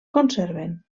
conserven